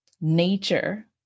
nature